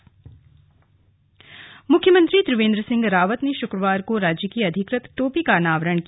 slug टोपी मुख्यमंत्री त्रिवेंद्र सिंह रावत ने शुक्रवार को राज्य की अधिकृत टोपी का अनावरण किया